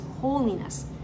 holiness